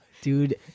Dude